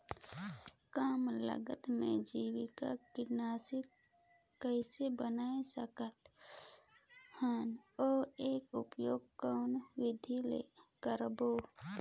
कम लागत मे जैविक कीटनाशक कइसे बनाय सकत हन अउ एकर उपयोग कौन विधि ले करबो?